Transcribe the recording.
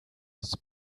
his